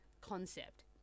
concept